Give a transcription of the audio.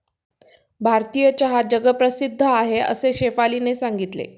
भारतीय चहा जगप्रसिद्ध आहे असे शेफालीने सांगितले